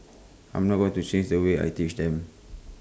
I'm not going to change the way I teach them